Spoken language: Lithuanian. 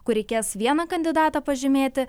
kur reikės vieną kandidatą pažymėti